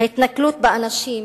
ההתנכלות לאנשים,